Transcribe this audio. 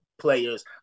players